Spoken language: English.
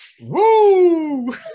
Woo